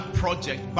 project